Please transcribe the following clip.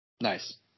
Nice